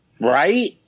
Right